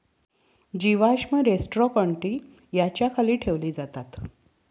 जीवाश्म रोस्ट्रोकोन्टि याच्या खाली ठेवले जातात